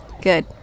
Good